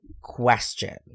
question